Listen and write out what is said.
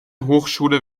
hochschule